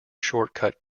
shortcut